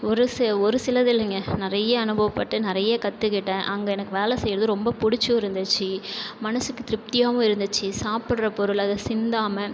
ஒரு சு ஒரு சிலது இல்லைங்க நிறைய அனுபவப்பட்டு நிறைய கற்றுக்கிட்டேன் அங்கே எனக்கு வேலை செய்கிறது ரொம்ப பிடிச்சும் இருந்துச்சு மனசுக்கு திருப்தியாவும் இருந்துச்சு சாப்புடுற பொருள் அதை சிந்தாமல்